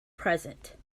present